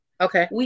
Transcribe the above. Okay